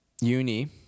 Uni